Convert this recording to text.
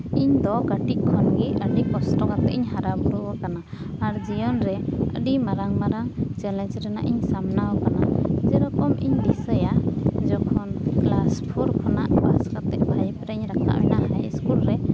ᱤᱧ ᱫᱚ ᱠᱟᱹᱴᱤᱡ ᱠᱷᱚᱱ ᱜᱮ ᱟᱹᱰᱤ ᱠᱚᱥᱴᱚ ᱠᱟᱛᱮ ᱤᱧ ᱦᱟᱨᱟ ᱵᱩᱨᱩ ᱟᱠᱟᱱᱟ ᱟᱨ ᱡᱤᱭᱚᱱ ᱨᱮ ᱟᱹᱰᱤ ᱢᱟᱨᱟᱝ ᱢᱟᱨᱟᱝ ᱪᱮᱞᱮᱡᱽ ᱨᱮᱱᱟᱜ ᱤᱧ ᱥᱟᱢᱱᱟ ᱣᱟᱠᱟᱱᱟ ᱡᱮ ᱨᱚᱠᱚᱢ ᱤᱧ ᱫᱤᱥᱟᱹᱭᱟ ᱡᱚᱠᱷᱚᱱ ᱠᱞᱟᱥ ᱯᱷᱳᱨ ᱠᱷᱚᱱᱟᱜ ᱯᱟᱥ ᱠᱟᱛᱮ ᱯᱷᱟᱭᱤᱵᱽ ᱨᱮᱧ ᱨᱟᱠᱟᱵ ᱮᱱᱟ ᱦᱟᱭ ᱤᱥᱠᱩᱞ ᱨᱮ